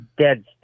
dead